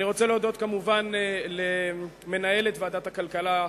אני רוצה להודות כמובן למנהלת ועדת הכלכלה,